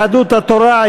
יהדות התורה,